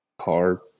car